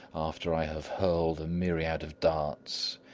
after i have hurled a myriad of darts,